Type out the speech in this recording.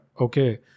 Okay